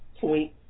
point